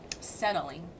settling